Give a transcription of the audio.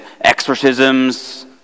exorcisms